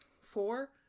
four